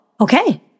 okay